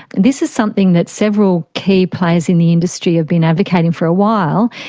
and this is something that several key players in the industry have been advocating for a while,